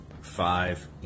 five